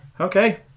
okay